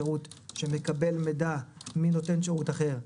ואם הוא נותן שירות שמקבל מידע מנותן שירות אחר,